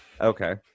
Okay